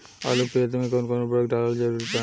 आलू के खेती मे कौन कौन उर्वरक डालल जरूरी बा?